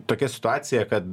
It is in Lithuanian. tokia situacija kad